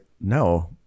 no